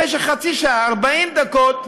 במשך חצי שעה, 40 דקות,